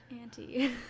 Auntie